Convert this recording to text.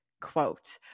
quote